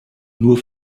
nur